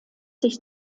sich